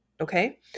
Okay